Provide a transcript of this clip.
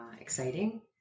exciting